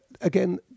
Again